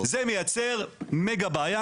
זה מייצר מגה-בעיה,